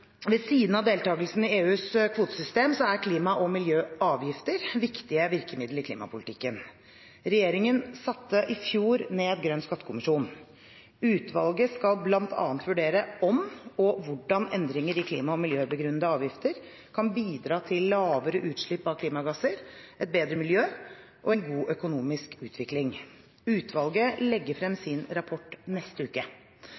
Ved siden av deltakelsen i EUs kvotesystem er klima- og miljøavgifter viktige virkemiddel i klimapolitikken. Regjeringen satte i fjor ned Grønn skattekommisjon. Utvalget skal bl.a. vurdere om og hvordan endringer i klima- og miljøbegrunnede avgifter kan bidra til lavere utslipp av klimagasser, et bedre miljø og en god økonomisk utvikling. Utvalget legger frem sin rapport neste uke.